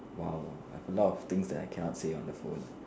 !wow! I have a lot of things that I cannot say on the phone